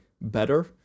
better